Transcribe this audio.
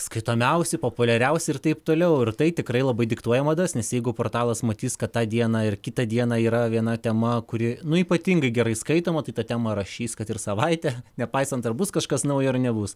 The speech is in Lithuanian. skaitomiausi populiariausi ir taip toliau ir tai tikrai labai diktuoja madas nes jeigu portalas matys kad tą dieną ir kitą dieną yra viena tema kuri nuo ypatingai gerai skaitoma tai ta tema rašys kad ir savaitę nepaisant ar bus kažkas naujo ar nebus